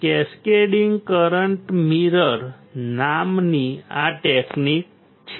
cascading current mirror નામની એક technique છે